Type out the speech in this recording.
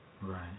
Right